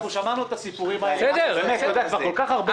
שמענו את הסיפורים האלה כבר כל כך הרבה פעמים.